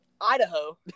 Idaho